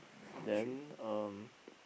then um